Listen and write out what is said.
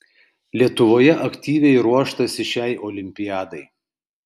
lietuvoje aktyviai ruoštasi šiai olimpiadai